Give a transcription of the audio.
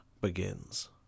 begins